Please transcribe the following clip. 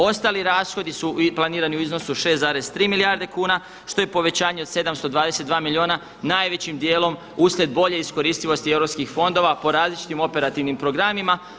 Ostali rashodi su i planirani u iznosu od 6,3 milijarde kuna što je povećanje od 722 milijuna najvećim dijelom uslijed bolje iskoristivosti europskih fondova po različitim operativnim programima.